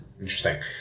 Interesting